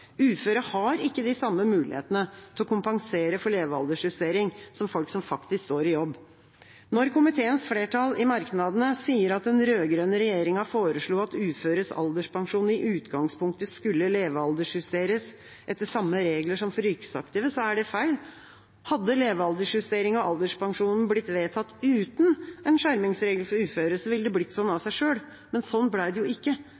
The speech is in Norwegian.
Uføre har ikke de samme mulighetene til å kompensere for levealderjustering som folk som står i jobb. Når komiteens flertall i merknadene sier at den rød-grønne regjeringa foreslo at uføres alderspensjon i utgangspunktet skulle levealderjusteres etter samme regler som for yrkesaktive, er det feil. Hadde levealderjusteringen av alderspensjonen blitt vedtatt uten en skjermingsregel for uføre, ville det blitt slik av seg selv. Men slik ble det ikke,